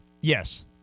Yes